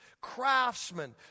Craftsmen